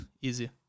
easy